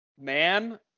man